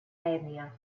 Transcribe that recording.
ètnia